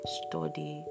study